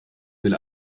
will